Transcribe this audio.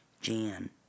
Jan